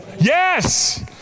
Yes